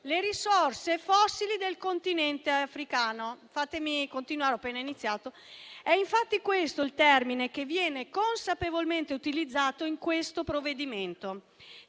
le risorse fossili del Continente africano. È infatti questo il termine che viene consapevolmente utilizzato nel provvedimento.